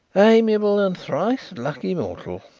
amiable and thrice lucky mortal,